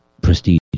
prestige